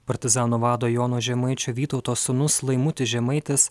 partizanų vado jono žemaičio vytauto sūnus laimutis žemaitis